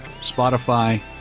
Spotify